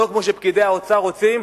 ולא כמו שפקידי האוצר רוצים,